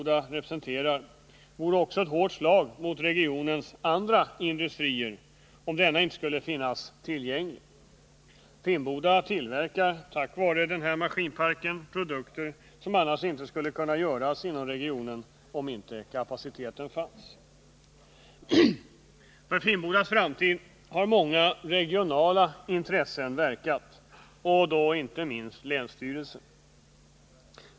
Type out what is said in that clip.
Det vore också ett hårt slag för regionens andra industrier om den maskinpark och det kunnande som Finnboda representerar inte skulle finnas kvar. Tack vare sin maskinpark tillverkar Finnboda produkter som inte skulle kunna göras i regionen, om inte den här kapaciteten fanns. För Finnbodas framtid har många regionala intressen verkat, inte minst länsstyrelsen.